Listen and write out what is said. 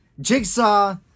jigsaw